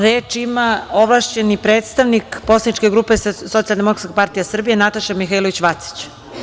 Reč ima ovlašćeni predstavnik poslaničke grupe Socijaldemokratska partija Srbije Nataša Mihailović Vacić.